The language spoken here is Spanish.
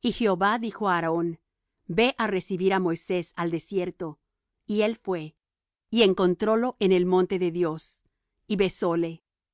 y jehová dijo á aarón ve á recibir á moisés al desierto y él fue y encontrólo en el monte de dios y besóle